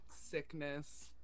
sickness